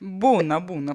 būna būna